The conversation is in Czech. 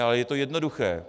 Ale je to jednoduché.